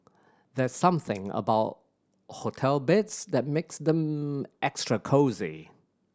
there's something about hotel beds that makes them extra cosy